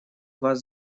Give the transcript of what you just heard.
вас